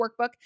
workbook